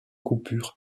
coupures